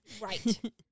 right